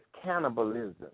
cannibalism